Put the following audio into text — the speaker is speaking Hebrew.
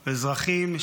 אזרחים,